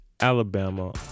Alabama